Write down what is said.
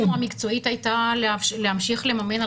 דעתנו המקצועית הייתה להמשיך לממן על